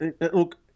look